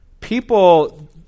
People